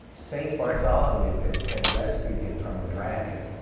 saint bartholomew had had rescued him from a dragon